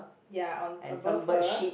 ya on above her